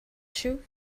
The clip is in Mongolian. шив